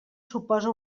suposa